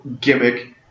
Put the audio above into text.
gimmick